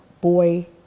boy